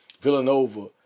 Villanova